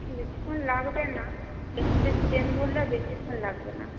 বেশিক্ষণ লাগবে না এক্সপ্রেস ট্রেন ধরলে বেশিক্ষণ লাগবে না